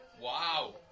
Wow